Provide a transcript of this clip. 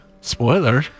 Spoiler